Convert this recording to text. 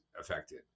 affected